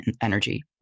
energy